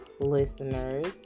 listeners